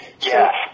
Yes